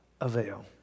avail